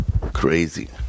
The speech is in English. crazy